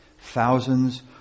Thousands